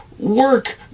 work